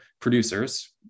producers